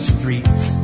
streets